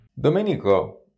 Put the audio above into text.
Domenico